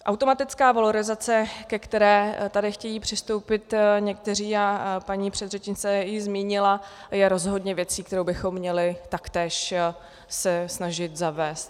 Automatická valorizace, ke které tady chtějí přistoupit někteří, a paní předřečnice ji zmínila, je rozhodně věcí, kterou bychom měli taktéž se snažit zavést.